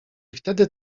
wtedy